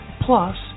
Plus